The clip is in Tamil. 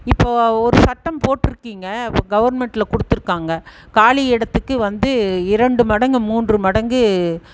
இப்போது ஒரு சட்டம் போட்டிருக்கீங்க அப்போ கவுர்மெண்ட்டில் கொடுத்துருக்காங்க காலி இடத்துக்கு வந்து இரண்டு மடங்கு மூன்று மடங்கு